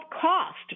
cost